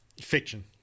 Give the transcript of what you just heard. Fiction